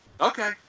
okay